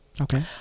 Okay